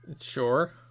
Sure